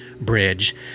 bridge